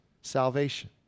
salvation